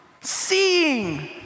seeing